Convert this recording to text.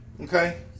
Okay